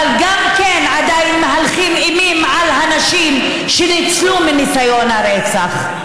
אבל גם עדיין מהלכים אימים על הנשים שניצלו מניסיון הרצח.